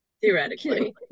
theoretically